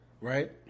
Right